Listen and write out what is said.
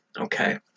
okay